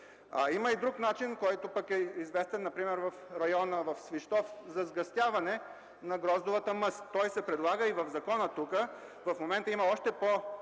Има и друг начин, който пък е известен например в района на Свищов – за сгъстяване на гроздовата мъст. Той се предлага и в закона тук. В момента има още по-модерни